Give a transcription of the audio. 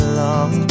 long